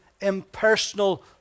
impersonal